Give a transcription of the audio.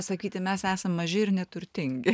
sakyti mes esam maži ir neturtingi